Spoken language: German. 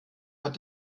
hat